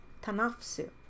tanafsu